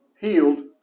healed